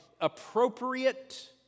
appropriate